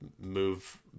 move